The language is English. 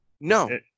No